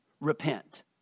repent